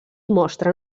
mostren